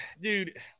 dude